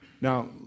Now